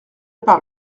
part